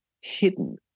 hidden